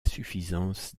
suffisance